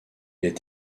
est